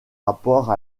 rapport